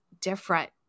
different